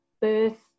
birth